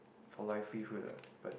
for livelihood ah but